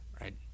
right